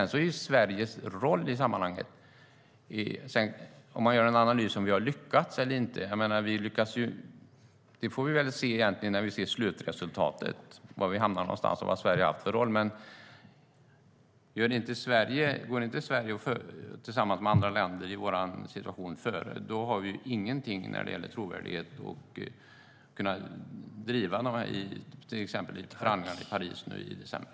När det gäller att analysera om vi har lyckats eller inte får vi se var vi hamnar och vad Sverige har haft för roll när vi ser slutresultatet. Men om inte Sverige, tillsammans med andra länder i samma situation, går före har vi ingen trovärdighet till exempel i förhandlingarna i Paris i december.